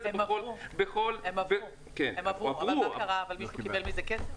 הם עברו, אבל האם מישהו קיבל מזה כסף?